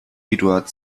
eduard